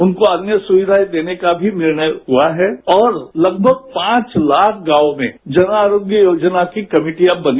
उनको अन्य सुविधाएं देने का भी निर्णय हुआ है और लगभग पांच लाख गांवों में जन आरोग्य योजनाओं की कमेटियां बनी